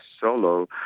solo